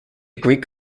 greek